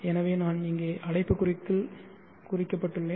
எனவே நான் இங்கே அடைப்புக்குறிக்குள் குறிக்கப்பட்டுள்ளேன்